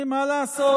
מה לעשות?